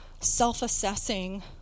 self-assessing